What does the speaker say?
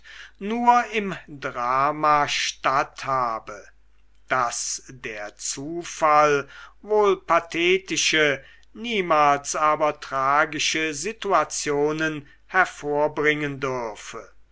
nur im drama statthabe daß der zufall wohl pathetische niemals aber tragische situationen hervorbringen dürfe